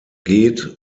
geht